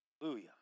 Hallelujah